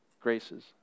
graces